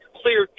clear